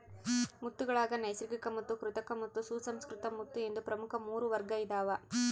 ಮುತ್ತುಗುಳಾಗ ನೈಸರ್ಗಿಕಮುತ್ತು ಕೃತಕಮುತ್ತು ಸುಸಂಸ್ಕೃತ ಮುತ್ತು ಎಂದು ಪ್ರಮುಖ ಮೂರು ವರ್ಗ ಇದಾವ